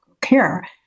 care